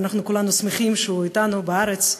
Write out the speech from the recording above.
ואנחנו כולנו שמחים שהוא אתנו בארץ.